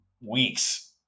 weeks